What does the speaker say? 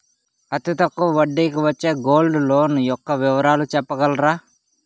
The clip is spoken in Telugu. అతి తక్కువ వడ్డీ కి వచ్చే గోల్డ్ లోన్ యెక్క వివరాలు చెప్పగలరా?